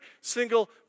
single